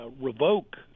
revoke